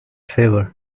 favor